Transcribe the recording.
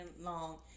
long